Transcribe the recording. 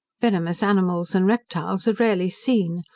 venomous animals and reptiles are rarely seen.